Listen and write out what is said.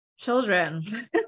children